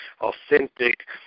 authentic